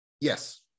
Yes